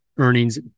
earnings